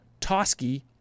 Tosky